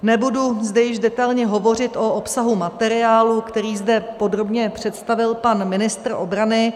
Nebudu zde již detailně hovořit o obsahu materiálu, který zde podrobně představil pan ministr obrany.